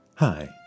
Hi